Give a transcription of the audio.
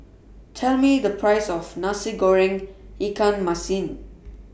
Tell Me The Price of Nasi Goreng Ikan Masin